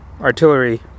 artillery